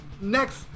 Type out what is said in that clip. next